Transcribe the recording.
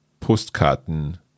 postkarten